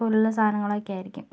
പോലുള്ള സാധനങ്ങളൊക്കെയായിരിക്കും